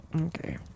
okay